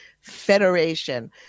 Federation